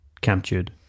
captured